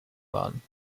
waren